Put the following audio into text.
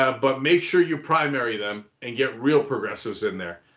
ah but make sure you primary them and get real progressives in there.